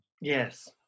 Yes